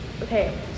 okay